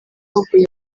waguye